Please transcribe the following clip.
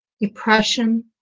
depression